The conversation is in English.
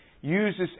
uses